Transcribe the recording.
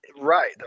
Right